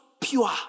pure